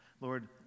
Lord